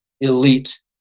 elite